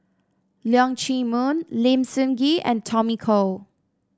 Leong Chee Mun Lim Sun Gee and Tommy Koh